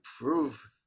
prove